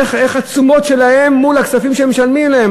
איך התשומות שלהן מול הכספים שמשלמים להן.